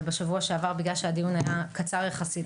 ובשבוע שעבר הדיון היה קצר יחסית.